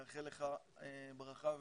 ולאחל לך ברכה והצלחה.